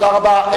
תודה רבה.